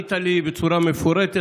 ענית לי בצורה מפורטת.